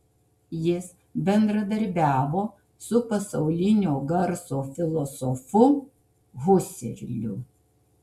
jis bendradarbiavo su pasaulinio garso filosofu huserliu